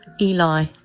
Eli